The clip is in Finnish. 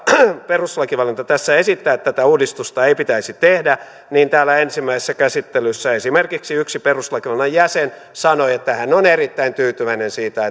perustuslakivaliokunta tässä esittää että tätä uudistusta ei pitäisi tehdä niin täällä ensimmäisessä käsittelyssä esimerkiksi yksi perustuslakivaliokunnan jäsen sanoi että hän on erittäin tyytyväinen siitä